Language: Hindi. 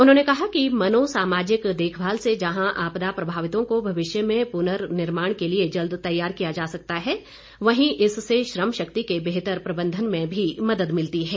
उन्होंने कहा कि मनोसामाजिक देखभाल से जहां आपदा प्रभावितों को भविष्य में पुननिर्माण के लिए जल्द तैयार किया जा सकता है वहीं इससे श्रम शक्ति के बेहतर प्रबंधन में भी मदद मिलती है